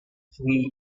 tree